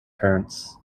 parents